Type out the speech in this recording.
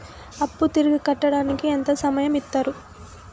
అప్పు తిరిగి కట్టడానికి ఎంత సమయం ఇత్తరు?